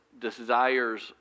desires